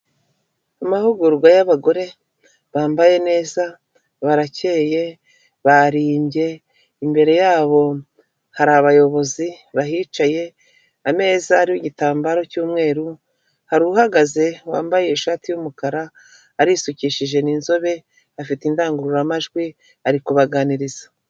Amahugurwa y'abagore bambaye neza, barakeye, barimbye, imbere yabo hari abayobozi bahicaye, ameza ariho igitambaro cy'umweru, hari uhagaze wambaye ishati y'umukara, arisukishije, ni inzobe, afite indangururamajwi, ari kubaganiriza.